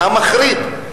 המחריד.